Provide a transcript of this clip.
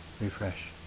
refresh